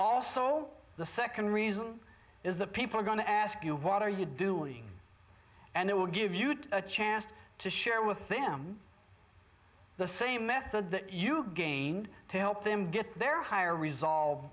also the second reason is that people are going to ask you what are you doing and they will give you a chance to share with them the same method that you gain to help them get their higher resolve